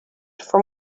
from